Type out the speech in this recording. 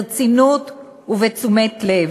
ברצינות ובתשומת לב.